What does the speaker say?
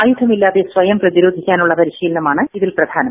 ആയുധിമില്ലാതെ സ്വയം പ്രതിരോധിക്കാനുള്ള പരിശീലനമാണ് ഇതിൽ പ്രധാനം